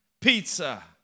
pizza